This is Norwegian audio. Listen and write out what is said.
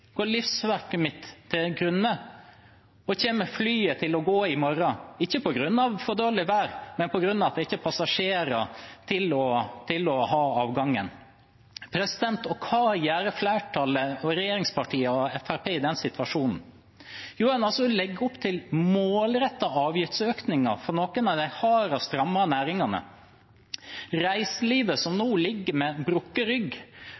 Går livsverket mitt til grunne? Kommer flyet til å gå i morgen – ikke på grunn av for dårlig vær, men på grunn av at det ikke er passasjerer nok til å ha avgangen? Og hva gjør flertallet, regjeringspartiene og Fremskrittspartiet, i denne situasjonen? De legger opp til målrettede avgiftsøkninger for noen av de hardest rammede næringene. Reiselivet, som nå